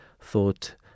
thought